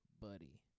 buddy